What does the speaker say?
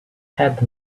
had